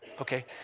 Okay